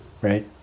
right